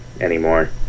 anymore